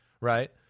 right